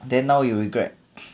then now you regret